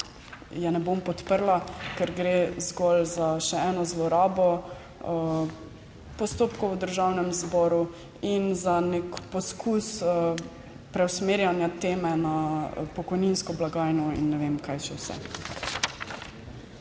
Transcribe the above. ne bom podprla, ker gre zgolj za še eno zlorabo postopkov v Državnem zboru in za nek poskus preusmerjanja teme na pokojninsko blagajno in ne vem kaj še vse.